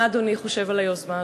מה אדוני חושב על היוזמה הזאת?